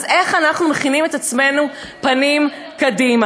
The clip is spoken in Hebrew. אז איך אנחנו מכינים את עצמנו עם הפנים קדימה?